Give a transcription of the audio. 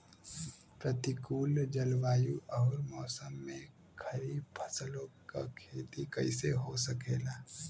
प्रतिकूल जलवायु अउर मौसम में खरीफ फसलों क खेती कइसे हो सकेला?